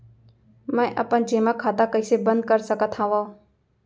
मै अपन जेमा खाता कइसे बन्द कर सकत हओं?